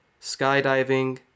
Skydiving